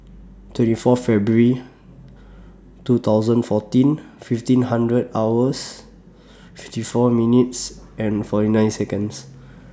twenty four February two thousand fourteen fifteen hundred hours fifty four minutes and forty nine Seconds